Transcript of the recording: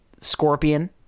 scorpion